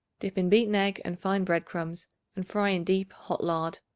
dip in beaten egg and fine bread-crumbs and fry in deep hot lard.